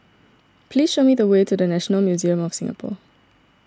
please show me the way to the National Museum of Singapore